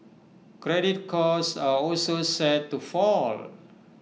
credit costs are also set to fall